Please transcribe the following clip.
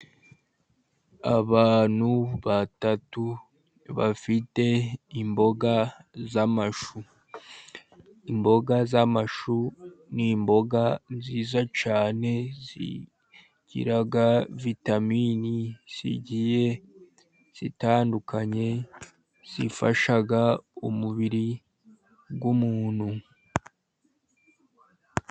Abantu batatu bafite imboga z'amashu. Imboga z'amashu ni imboga nziza cyane, zigira vitamini zigiye zitandukanye zifasha umubiri w'umuntu.